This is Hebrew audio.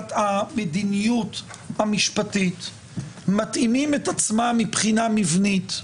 המדיניות המשפטית מתאימים את עצמם מבחינה מבנית,